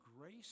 grace